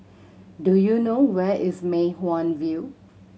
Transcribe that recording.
do you know where is Mei Hwan View